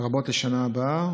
לרבות לשנה הבאה